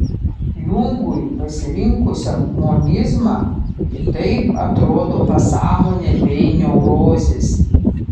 jungui pasirinkusiam monizmą kitaip atrodo pasąmonė bei neurozės